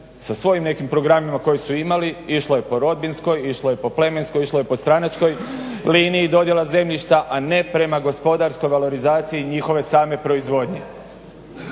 sa svojim nekim programima koji su imali, išlo je po rodbinskoj, išlo je po plemenskoj, išlo je po stranačkoj liniji dodjela zemljišta, a ne prema gospodarskoj valorizaciji njihove same proizvodnje.